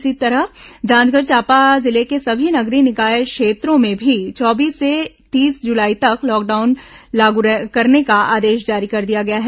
इसी तरह जांजगीर चांपा जिले के सभी नगरीय निकाय क्षेत्रों में भी चौबीस से तीस जुलाई तक लॉकडाउन लागू करने का आदेश जारी कर दिया गया है